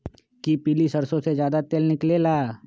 कि पीली सरसों से ज्यादा तेल निकले ला?